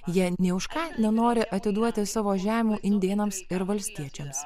jie nė už ką nenori atiduoti savo žemių indėnams ir valstiečiams